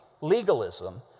legalism